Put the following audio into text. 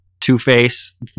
Two-Face